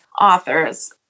authors